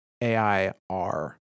AI-R